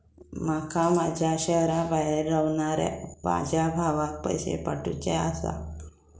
माका माझ्या शहराबाहेर रव्हनाऱ्या माझ्या भावाक पैसे पाठवुचे आसा